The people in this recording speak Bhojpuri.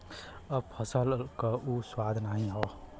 अब फसल क उ स्वाद नाही हौ